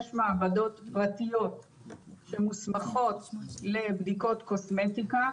מעבדות פרטיות שמוסמכות לבדיקות קוסמטיקה.